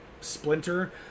Splinter